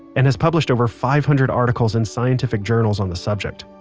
and has published over five hundred articles in scientific journals on the subject.